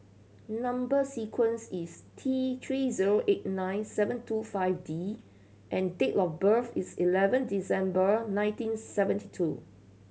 number sequence is T Three zero eight nine seven two five D and date of birth is eleven December nineteen seventy two